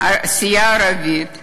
הערבית ואומר: